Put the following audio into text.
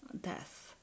death